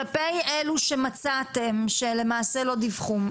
כלפי אלו שמצאתם שלמעשה לא דיווחו.